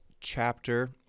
chapter